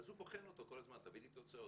אז הוא בוחן אותו כל הזמן תביא לי תוצאות,